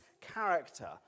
character